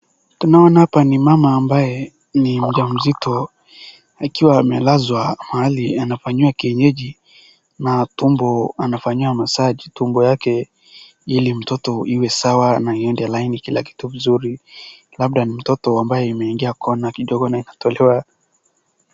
Tunaona hapa ni mama ambaye ni mjamzito akiwa amelazwa mahali anafanyiwa kienyeji. Matumbo anafanyiwa massage tumbo yake ili mtoto iwe sawa na iende laini kila kitu vizuri. Labda ni mtoto ambaye imeingia kwa kidogo na ikatolewa.